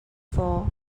for